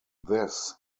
this